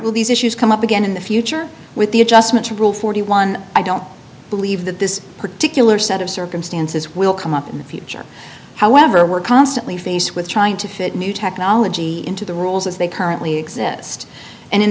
will these issues come up again in the future with the adjustment to rule forty one i don't believe that this particular set of circumstances will come up in the future however we're constantly faced with trying to fit new technology into the rules as they currently exist and in